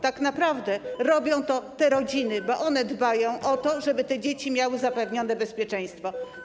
Tak naprawdę robią to te rodziny, bo one dbają o to, żeby te dzieci miały zapewnione bezpieczeństwo.